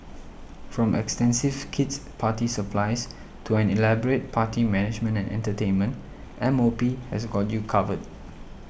from extensive kid's party supplies to an elaborate party management and entertainment M O P has got you covered